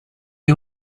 you